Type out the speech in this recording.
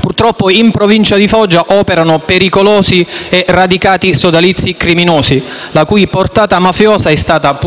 Purtroppo, in Provincia di Foggia operano pericolosi e radicati sodalizi criminosi, la cui portata mafiosa è stata